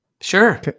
Sure